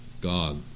God